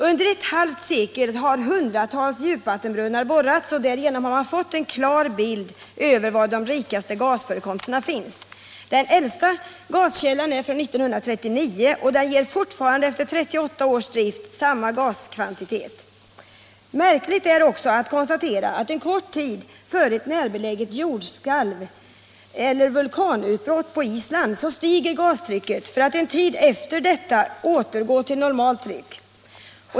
Under ett halvt sekel har hundratals djupvattenbrunnar borrats, och därigenom har man fått en klar bild över var de rikaste gasförekomsterna finns. Den äldsta gaskällan är från 1939 och ger fortfarande efter 38 års drift samma gaskvantitet. Märkligt är också att konstatera att kort tid före ett närbeläget jordskalv eller ett vulkanutbrott på Island stiger gastrycket för att efter en tid återgå till normalt tryck.